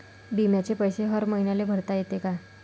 बिम्याचे पैसे हर मईन्याले भरता येते का?